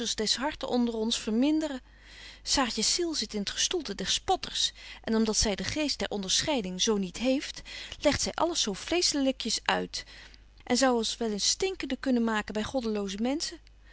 des harten onder ons verminderen saartjes ziel zit in betje wolff en aagje deken historie van mejuffrouw sara burgerhart t gestoelte der spotters en om dat zy den geest der onderscheiding zo niet heeft legt zy alles zo vleeschelykjes uit en zou ons wel eens stinkende kunnen maken by goddeloze menschen